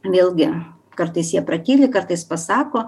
vėlgi kartais jie pratyli kartais pasako